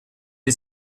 est